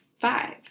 five